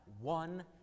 one